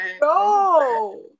No